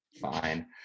fine